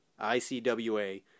ICWA